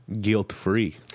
guilt-free